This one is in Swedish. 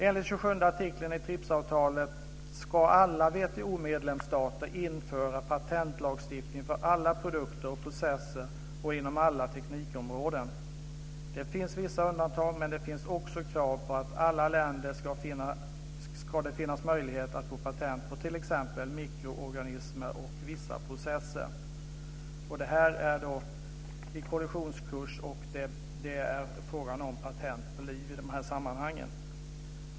Enligt 27:e artikeln i TRIPS-avtalet ska alla WTO:s medlemsstater införa patentlagstiftning för alla produkter och processer och inom alla teknikområden. Det finns vissa undantag, men det finns också krav på att det i alla länder ska finnas möjlighet att få patent på t.ex. mikroorganismer och vissa processer. Detta är på kollisionskurs. Det är i dessa sammanhang fråga om patent på liv.